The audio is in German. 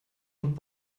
und